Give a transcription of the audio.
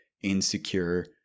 insecure